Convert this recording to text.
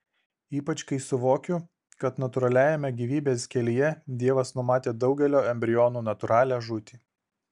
ypač kai suvokiu kad natūraliajame gyvybės kelyje dievas numatė daugelio embrionų natūralią žūtį